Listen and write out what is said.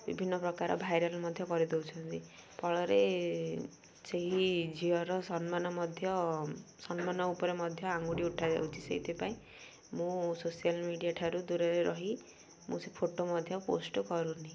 ବିଭିନ୍ନ ପ୍ରକାର ଭାଇରାଲ୍ ମଧ୍ୟ କରିଦଉଛନ୍ତି ଫଳରେ ସେହି ଝିଅର ସମ୍ମାନ ମଧ୍ୟ ସମ୍ମାନ ଉପରେ ମଧ୍ୟ ଆଙ୍ଗୁଠି ଉଠାଯାଉଛି ସେଇଥିପାଇଁ ମୁଁ ସୋସିଆଲ୍ ମିଡ଼ିଆ ଠାରୁ ଦୂରରେ ରହି ମୁଁ ସେ ଫଟୋ ମଧ୍ୟ ପୋଷ୍ଟ କରୁନି